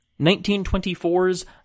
1924's